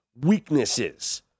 weaknesses